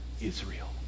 Israel